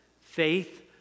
faith